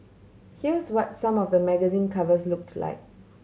here's what some of the magazine covers looked like